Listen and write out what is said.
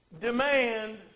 demand